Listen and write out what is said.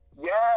Yes